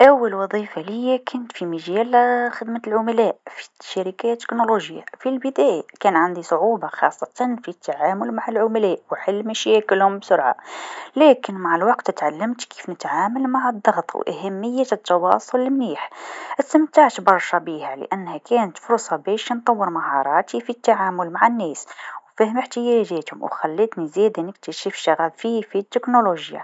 أول وظيفه ليا كانت في مجال خدمة العملاء في شركات التكنولوجيا، في البداية كان عندي صعوبة خاصة في التعامل مع العملاء و حل مشاكلهم بسرعة لكن مع الوقت تعلمت كيف نتعامل مع الضغط و أهمية التواصل مليح، إستمتعت برشا بيها لأنها كانت فرصه باش نطور مهاراتي في التعامل مع الناس و فهم إحتياجاتهم و خلتني زادا نكتشف شغفي في التكنولوجيا.